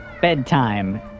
Bedtime